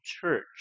church